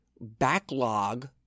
backlog